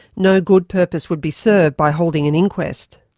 no good purpose would be served by holding an inquest.